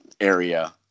area